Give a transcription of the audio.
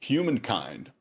Humankind